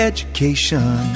Education